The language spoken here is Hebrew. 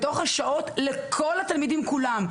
בתוך השעות לכל התלמידים כולם,